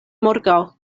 morgaŭ